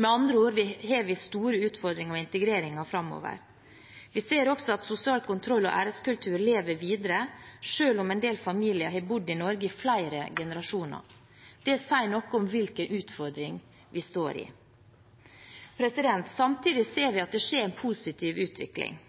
Med andre ord har vi store utfordringer med integreringen framover. Vi ser også at sosial kontroll og æreskultur lever videre selv om en del familier har bodd i Norge i flere generasjoner. Det sier noe om hvilken utfordring vi står i. Samtidig ser vi at det er en positiv utvikling.